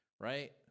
right